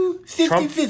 Trump